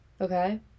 Okay